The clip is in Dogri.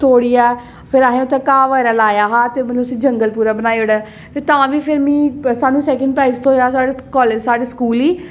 तोड़ियै फिर असें उत्थै घाऽ बगैरा लाया हा ते उस्सी जंगल पूरा बनाई उड़ेआ तां बी फिर मीं असेंगी सैकंड प्राइज थ्होआ साढ़े कालेज साढ़े स्कूल ई